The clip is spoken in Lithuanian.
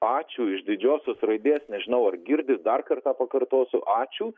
ačiū iš didžiosios raidės nežinau ar girdi dar kartą pakartosiu ačiū